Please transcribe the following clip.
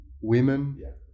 Women